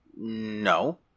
No